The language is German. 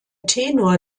tenor